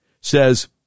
says